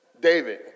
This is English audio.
David